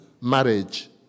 marriage